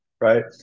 right